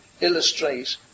illustrate